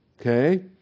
okay